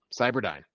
Cyberdyne